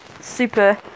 super